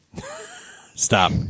Stop